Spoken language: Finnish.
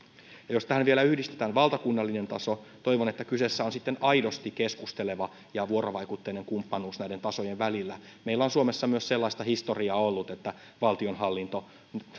jos tähän vielä yhdistetään valtakunnallinen taso toivon että kyseessä on sitten aidosti keskusteleva ja vuorovaikutteinen kumppanuus näiden tasojen välillä meillä on suomessa myös sellaista historiaa ollut että valtionhallinto